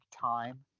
time